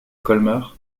colmar